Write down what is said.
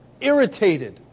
irritated